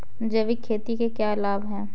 जैविक खेती के क्या लाभ हैं?